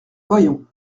voyons